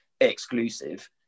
exclusive